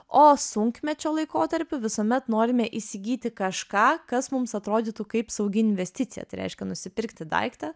o sunkmečio laikotarpiu visuomet norime įsigyti kažką kas mums atrodytų kaip saugi investicija tai reiškia nusipirkti daiktą